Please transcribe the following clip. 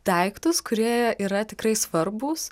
daiktus kurie yra tikrai svarbūs